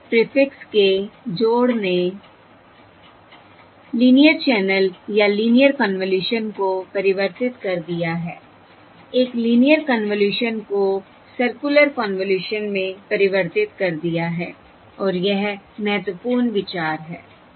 cyclic prefix के जोड़ ने लीनियर चैनल या लीनियर कन्वॉल्यूशन को परिवर्तित कर दिया है एक लीनियर कन्वॉल्यूशन को सर्कुलर कन्वॉल्यूशन में परिवर्तित कर दिया है और यह महत्वपूर्ण विचार है